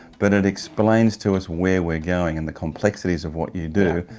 but it explains to us where we're going and the complexities of what you do.